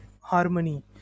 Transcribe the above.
Harmony